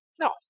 No